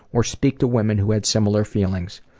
or speak to women who had similar feelings.